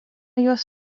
juos